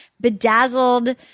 bedazzled